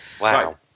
wow